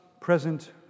present